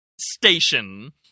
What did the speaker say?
station